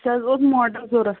اَسہِ حظ اوس موٹر ضروٗرت